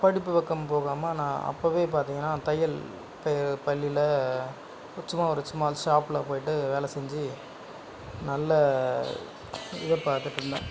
படிப்பு பக்கம் போகாமல் நான் அப்போதே பார்த்திங்கனா தையல் பள்ளியில் சும்மா ஒரு சும்மா ஷாப்பில் போய்விட்டு வேலை செஞ்சு நல்ல இதை பார்த்துட்ருந்தேன்